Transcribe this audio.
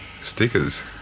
stickers